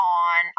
on